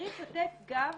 צריך לתת גב